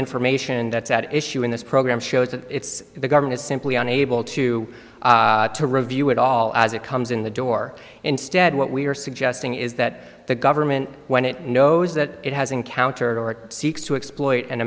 information that's at issue in this program shows that it's the government is simply unable to to review it all as it comes in the door instead what we are suggesting is that the government when it knows that it has encountered or seeks to exploit and